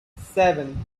seven